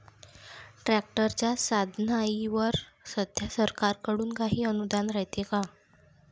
ट्रॅक्टरच्या साधनाईवर सध्या सरकार कडून काही अनुदान रायते का?